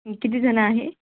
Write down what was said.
किती जणं आहे